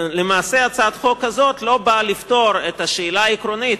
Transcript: הצעת החוק הזאת לא נועדה לפתור את השאלה העקרונית,